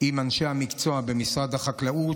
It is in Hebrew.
עם אנשי המקצוע במשרד החקלאות,